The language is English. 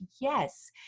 yes